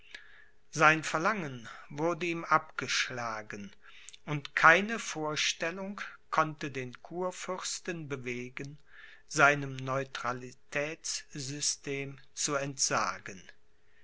sein verlangen wurde ihm abgeschlagen und keine vorstellung konnte den kurfürsten bewegen seinem neutralitätssystem zu entsagen